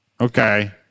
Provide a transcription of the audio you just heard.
Okay